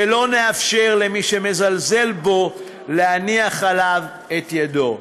ולא נאפשר למי שמזלזל בו להניח עליו את ידו.